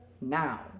Now